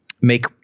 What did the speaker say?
make